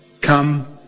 Come